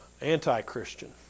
anti-Christian